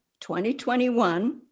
2021